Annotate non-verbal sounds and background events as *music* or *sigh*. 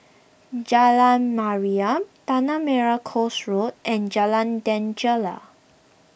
Jalan Mariam Tanah Merah Coast Road and Jalan *unintelligible*